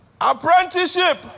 Apprenticeship